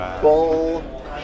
Full